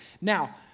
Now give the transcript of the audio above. Now